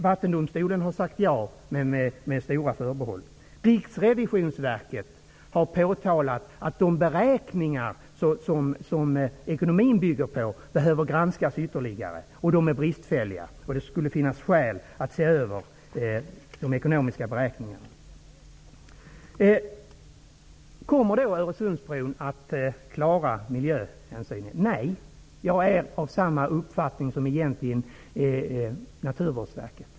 Vattendomstolen har sagt ja, men med stora förbehåll. Riksrevisionsverket har påtalat att de beräkningar som ekonomin bygger på behöver granskas ytterligare. De ekonomiska beräkningarna är bristfälliga, och det skulle finnas skäl att se över dem. Kommer Öresundsbron då att klara miljöhänsynen? Nej. Jag har samma uppfattning som Naturvårdsverket.